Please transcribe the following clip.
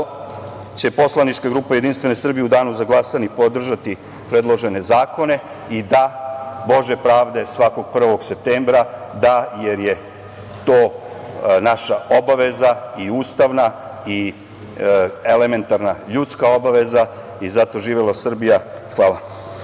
će poslanička grupa Jedinstvene Srbije u danu za glasanje podržati predložene zakone i da Bože pravde svakog prvog septembra da jer je to naša i ustavna, i elementarna, ljudska obaveza. Zato živela Srbija. Hvala.